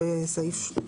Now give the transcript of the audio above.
בסעיף 22(ב)